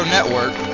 Network